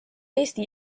eesti